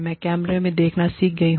मैंने कैमरा में देखना सीख लिया है